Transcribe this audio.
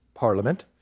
Parliament